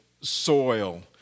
soil